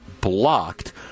blocked